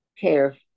care